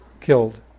killed